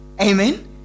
Amen